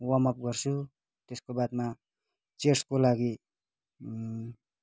warm up गर्छु त्यसको बादमा म चेस्टको लागि